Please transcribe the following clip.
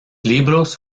libros